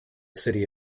city